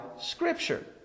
Scripture